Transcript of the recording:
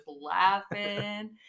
laughing